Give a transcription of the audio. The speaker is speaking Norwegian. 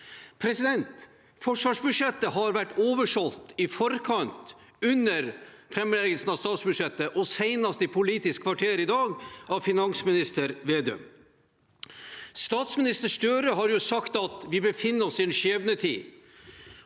jeg nevnte. Forsvarsbudsjettet har vært oversolgt i forkant av og under framleggelsen av statsbudsjettet, og senest i Politisk kvarter i dag av finansminister Vedum. Statsminister Støre har sagt at vi befinner oss i en skjebnetid.